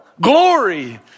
glory